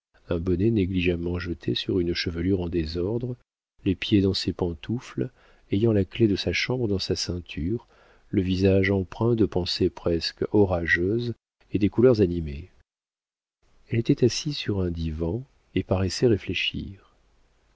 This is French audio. un bonnet négligemment jeté sur une chevelure en désordre les pieds dans ses pantoufles ayant la clef de sa chambre dans sa ceinture le visage empreint de pensées presque orageuses et des couleurs animées elle était assise sur un divan et paraissait réfléchir